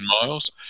miles